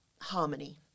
harmony